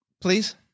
Please